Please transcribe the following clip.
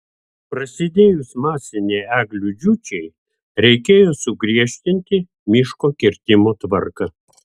prasidėjus masinei eglių džiūčiai reikėjo sugriežtinti miško kirtimo tvarką